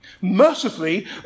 Mercifully